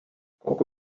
kokku